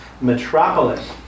metropolis